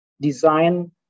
design